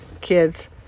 kids